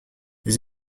les